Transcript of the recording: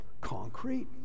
Concrete